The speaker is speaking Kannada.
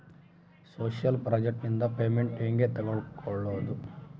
ಸೋಶಿಯಲ್ ಪ್ರಾಜೆಕ್ಟ್ ನಿಂದ ಪೇಮೆಂಟ್ ಹೆಂಗೆ ತಕ್ಕೊಳ್ಳದು?